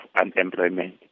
unemployment